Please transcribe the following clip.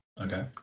Okay